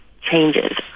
changes